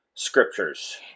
scriptures